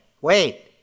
wait